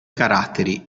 caratteri